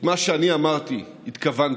מה שאני אמרתי, התכוונתי,